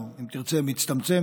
או אם תרצה מצטמצם,